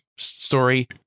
story